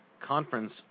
conference